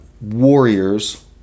warriors